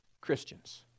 Christians